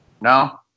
no